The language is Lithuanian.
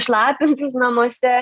šlapinsis namuose